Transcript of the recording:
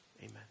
Amen